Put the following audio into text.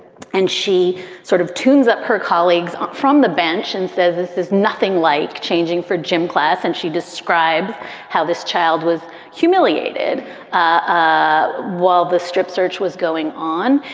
and she sort of tunes up her colleagues from the bench and says this is nothing like changing for gym class. and she describes how this child was humiliated ah while the strip search was going on.